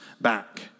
back